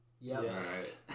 yes